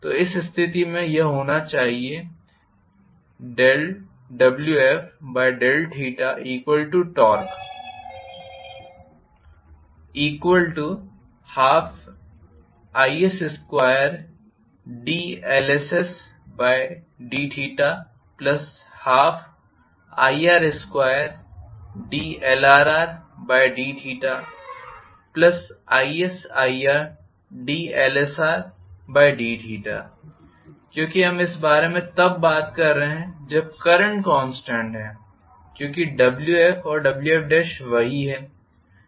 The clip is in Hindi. तो इस स्थिति में यह होना चाहिए था ∂Wf∂θTorque 12is2dLssdθ12ir2dLrrdθisirdLsrdθ क्योंकि हम इस बारे में तब बात कर रहे हैं जब करंट कॉन्स्टेंट है क्योंकि Wfऔर Wf वही हैं